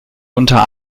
unter